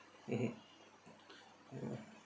mmhmm mm